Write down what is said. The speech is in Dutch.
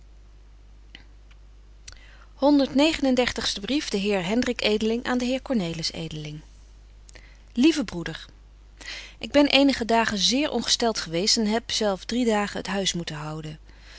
de heer hendrik edeling aan den heer cornelis edeling lieve broeder ik ben eenige dagen zeer ongestelt geweest en heb zelf drie dagen het huis moeten houden